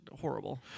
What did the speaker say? horrible